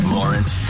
Lawrence